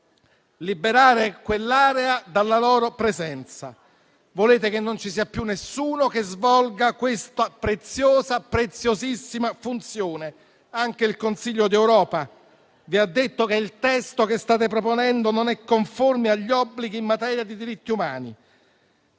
liberare quell'area dalla loro presenza, volete che non ci sia più nessuno che svolga questa preziosissima funzione. Anche il Consiglio d'Europa vi ha detto che il testo che state proponendo non è conforme agli obblighi in materia di diritti umani